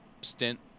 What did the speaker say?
stint